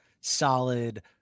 solid